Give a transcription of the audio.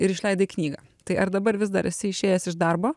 ir išleidai knygą tai ar dabar vis dar esi išėjęs iš darbo